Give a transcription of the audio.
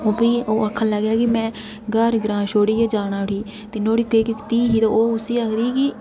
ओह् फ्ही आखन लगेआ कि में ग्हार ग्रांऽ छोड़ियै जाना उट्ठी ते नोआड़ी धीऽ उसी आखदी कि ओह्